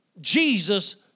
Jesus